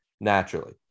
naturally